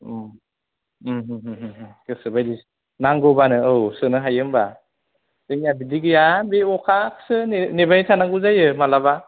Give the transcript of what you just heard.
गोसोबायदि नांगौब्लानो औ सोनो हायो होमब्ला जोंहा बिदि गैया बे अखासो नेबाय थानांगौ जायो माब्लाबा